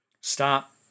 Stop